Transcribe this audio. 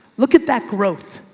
look at that growth.